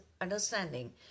understanding